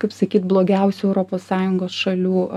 kaip sakyt blogiausių europos sąjungos šalių